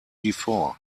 before